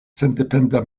sendependa